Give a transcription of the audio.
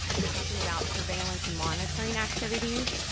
we're talking about surveillance and monitoring activities.